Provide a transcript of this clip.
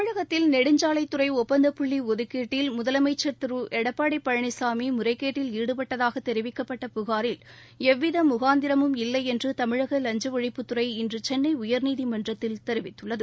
தமிழகத்தில் நெடுஞ்சாலைத் துறைஒப்பந்தப் புள்ளிஒதுக்கீட்டில் முதலமைச்சர் திருஎடப்பாடிபழனிசாமிமுறைகேட்டில் ஈடுபட்டதாகதெரிவிக்கப்பட்ட இல்லைஎன்றுதமிழகலஞ்சஒழிப்புத்துறை இன்றுசென்னைஉயர்நீதிமன்றத்தில் தெரிவித்துள்ளது